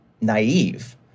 naive